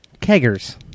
Keggers